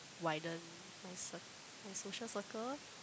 widen my cir~ my social circle